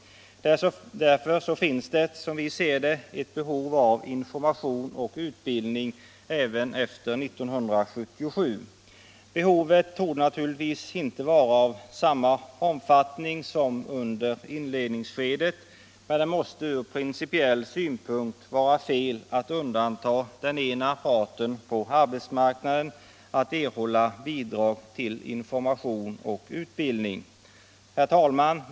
Därför finns det, som vi ser det, ett behov av information och utbildning även efter 1977. Behovet torde naturligtvis inte vara av samma omfattning som under inledningsskedet, men det måste ur principiell synpunkt vara fel att undanta den ena parten på arbetsmarknaden när det gäller att erhålla bidrag till information och utbildning. Herr talman!